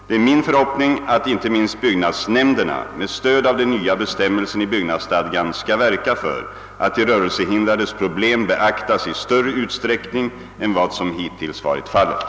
Det är min förhoppning att inte minst byggnadsnämnderna med stöd av den nya bestämmelsen i byggnadsstadgan skall verka för att de rörelsehindrades problem beaktas i större utsträckning än vad som hittills varit fallet.